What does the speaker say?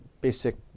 basic